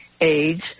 age